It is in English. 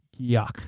Yuck